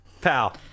Pal